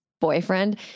boyfriend